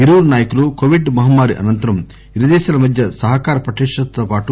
ఇరువురు నాయకులు కోవిడ్ మహమ్మారి అనంతరం ఇరుదేశాల మధ్య సహకార పటిష్ణతో పాటు